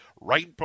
Right